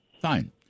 fine